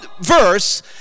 verse